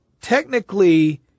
technically